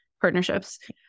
partnerships